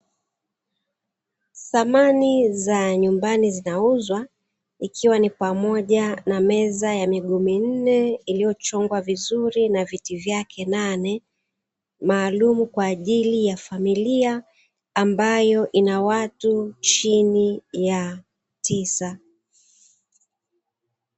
Samani za nyumbani zinauzwa ikiwa ni pamoja na meza ya miguu minne ilichongwa vizuri na viti vyake nane maalumu kwajili ya familia ambayo ina watu chini ya tisa.